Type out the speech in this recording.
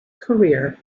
career